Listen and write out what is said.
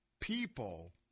People